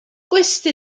gwesty